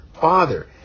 father